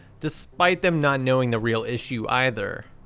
despite them not knowing the real issue either.